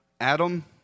Adam